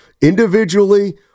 individually